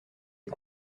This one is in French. est